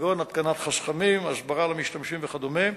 כגון התקנת חסכמים, הסברה למשתמשים וכדומה,